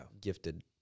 gifted